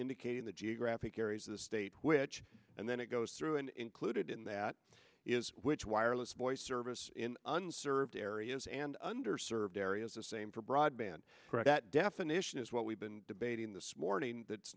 indicating the geographic areas of the state which and then it goes through and included in that is which wireless voice service in unserved areas and under served areas the same for broadband that definition is what we've been debating this morning that's